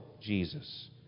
Jesus